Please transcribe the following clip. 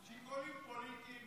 שיקולים פוליטיים.